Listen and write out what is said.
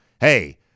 hey